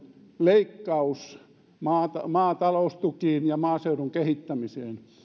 leikkaus maataloustukiin ja maaseudun kehittämiseen